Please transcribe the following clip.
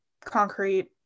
concrete